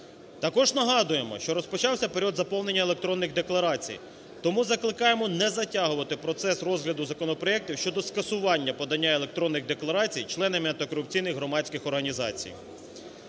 Також нагадуємо, що розпочався період заповнення електронних декларацій. Тому закликаємо не затягувати процес розгляду законопроектів щодо скасування подання електронних декларацій членами антикорупційних громадських організацій.